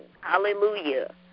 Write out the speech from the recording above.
Hallelujah